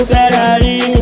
Ferrari